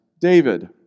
David